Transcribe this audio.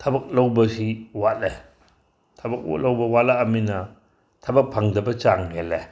ꯊꯕꯛ ꯂꯧꯕꯁꯤ ꯋꯥꯠꯂꯦ ꯊꯕꯛ ꯂꯧꯕ ꯋꯥꯠꯂꯛꯑꯕꯅꯤꯅ ꯊꯕꯛ ꯐꯪꯗꯕ ꯆꯥꯡ ꯍꯦꯜꯂꯦ